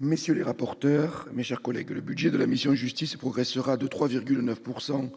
messieurs les rapporteurs, mes chers collègues, le budget de la mission « Justice » progressera de 3,9 %